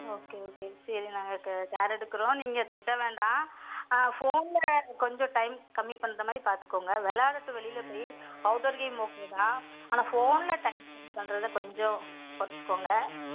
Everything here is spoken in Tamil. ஓகே ஓகே சரி நாங்கள் இப்போ கேர் எடுக்கிறோம் நீங்கள் திட்ட வேண்டாம் ஃபோனில் கொஞ்சம் டைம் கம்மி பண்ணுற மாதிரி பார்த்துக்கோங்க விளாடட்டும் வெளியில் போய் அவுட்டர் கேம் ஓகே தான் ஆனால் ஃபோனில் டைம் ஸ்பெண்ட் பண்ணுறத கொஞ்சம் குறைச்சிக்கோங்க